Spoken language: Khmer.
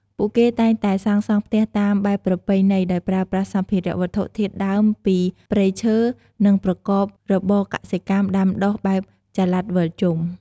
ពួកគេតែងតែសាងសង់ផ្ទះតាមបែបប្រពៃណីដោយប្រើប្រាស់សម្ភារៈវត្ថុធាតុដើមពីព្រៃឈើ និងប្រកបរបរកសិកម្មដាំដុះបែបចល័តវិលជុំ។